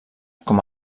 com